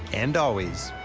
and always.